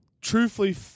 truthfully